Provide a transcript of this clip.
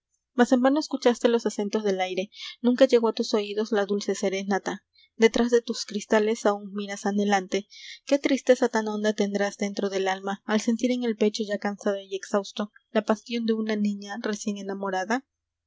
en vano escuchaste los acentos del aire nunca llegó a tus oídos la dulce serenata detrás de tus cristales aún miras anhelante qué tristeza tan honda tendrás dentro del alma al sentir en el pecho ya cansado y exhausto la pasión de una niña recién enamorada